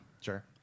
Sure